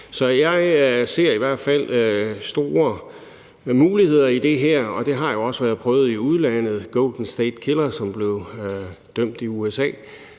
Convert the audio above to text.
Så jeg ser i hvert fald store muligheder i det her, og det har jo også været prøvet i udlandet. The Golden State Killer, som blev dømt i USA,